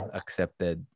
accepted